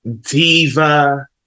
diva